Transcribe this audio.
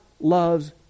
loves